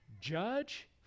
Judge